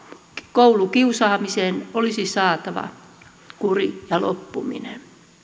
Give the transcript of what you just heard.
koulukiusaamiseen olisi saatava kuri ja loppuminen